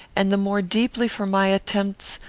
and the more deeply for my attempts,